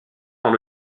dans